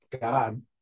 God